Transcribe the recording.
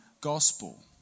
gospel